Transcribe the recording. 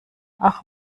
auch